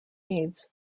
means